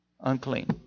unclean